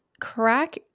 crack